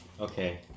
okay